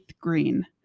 Green